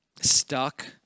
stuck